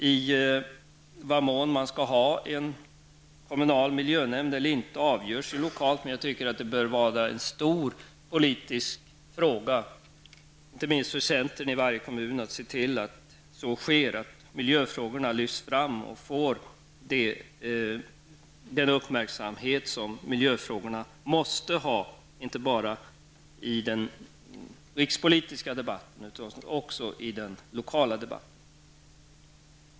Huruvida det skall finnas en kommunalnämnd avgörs lokalt, men det bör vara en stor politisk fråga. Inte minst för centern i varje kommun bör det vara viktigt att miljöfrågorna lyfts fram och får den uppmärksamhet som de måste ha inte bara i den rikspolitiska debatten, utan även i den lokala.